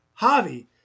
Javi